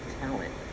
talent